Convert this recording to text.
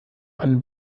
einen